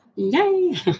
Yay